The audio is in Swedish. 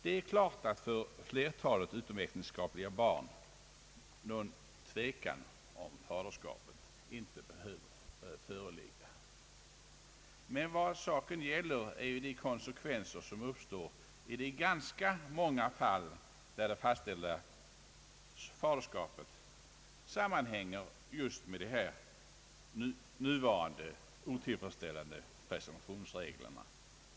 Det är klart att för flertalet utomäktenskapliga barn någon tvekan om faderskapet inte behöver föreligga — men vad saken gäller är de konsekvenser som uppstår i de ganska många fall, där det fastställda faderskapet är dubiöst och sammanhänger just med de nuvarande otillfredsställande presumtionsreglerna.